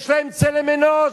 יש להם צלם אנוש.